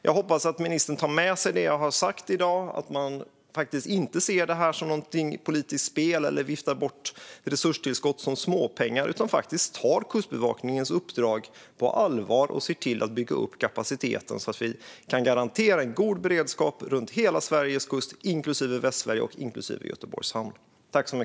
Jag hoppas att ministern tar med sig det jag har sagt i dag och att man inte ser detta som ett politiskt spel eller viftar bort resurstillskott som småpengar utan faktiskt tar Kustbevakningens uppdrag på allvar och ser till att bygga upp kapaciteten så att vi kan garantera en god beredskap runt hela Sveriges kust, inklusive Västsverige och Göteborgs hamn.